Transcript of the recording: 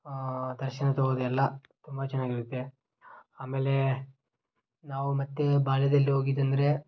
ದರ್ಶನ ತಗೊಳೋದು ಎಲ್ಲ ತುಂಬ ಚೆನ್ನಾಗಿರುತ್ತೆ ಆಮೇಲೇ ನಾವು ಮತ್ತೆ ಬಾಲ್ಯದಲ್ಲಿ ಹೋಗಿದ್ ಅಂದರೆ